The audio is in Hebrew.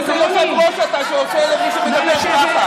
איזה יושב-ראש אתה שעוצר את מי שמדבר ככה?